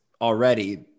Already